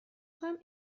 کنم